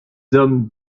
hommes